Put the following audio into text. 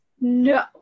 No